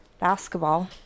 Basketball